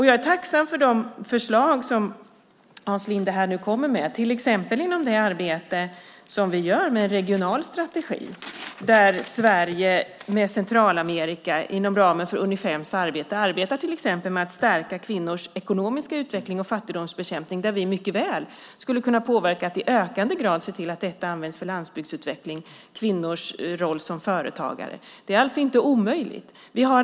Jag är tacksam för de förslag som Hans Linde nu kommer med, till exempel inom det arbete med en regional strategi som vi gör. Sverige arbetar till exempel med Centralamerika inom ramen för Unifems arbete med att stärka kvinnors ekonomiska utveckling och fattigdomsbekämpningen. Där skulle vi mycket väl kunna påverka och se till att detta i ökande grad används för landsbygdsutveckling och kvinnors roll som företagare. Det är inte alls omöjligt.